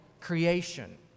creation